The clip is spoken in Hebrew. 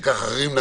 ואנשים רוצים